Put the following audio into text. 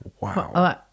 Wow